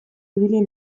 ibili